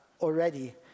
already